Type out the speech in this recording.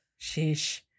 Sheesh